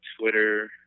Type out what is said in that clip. twitter